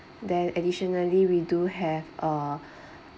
then additionally we do have a